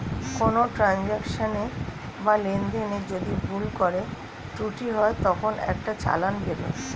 কোনো ট্রান্সাকশনে বা লেনদেনে যদি ভুল করে ত্রুটি হয় তখন একটা চালান বেরোয়